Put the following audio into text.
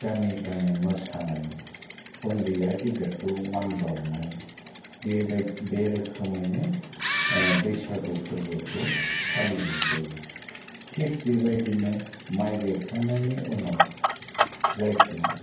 गामि गामि मोसानाय उन्दैया गेदेरखौ मान बावनाय बे बायदि बे रोखोमैनो बैसागु फोरबोखौ फालिनाय जायो थिक बेबायदिनो माइ गायखांनायनि उनाव जायखौ